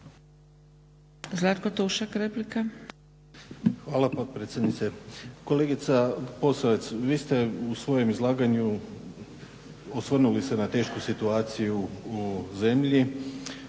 - Stranka rada)** Hvala potpredsjednice. Kolegica Posavac, vi ste u svojem izlaganju osvrnuli se na tešku situaciju u zemlji,